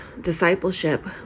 discipleship